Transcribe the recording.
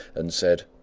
and said,